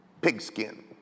pigskin